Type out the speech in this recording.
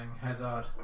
Hazard